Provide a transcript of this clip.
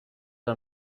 are